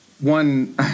one